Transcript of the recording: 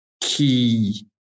key